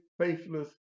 faithless